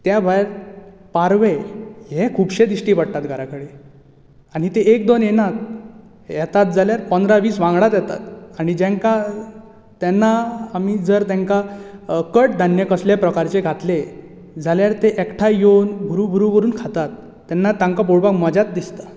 त्या भायर पारवे हेय खुबशे दिश्टी पडटात घरा कडेन आनी ते एक दोन येनात येतात जार पंद्रा वीस वांगडाच येतात आनी जांकां तेन्ना आमी जर तांकां कडधान्य कसल्या प्रकारचे घातले जाल्यार ते एकठांय येवन बुरू बुरू करून खातात तेन्ना तांकां पळोवपाक मजाच दिसता